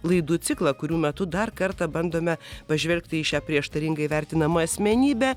laidų ciklą kurių metu dar kartą bandome pažvelgti į šią prieštaringai vertinamą asmenybę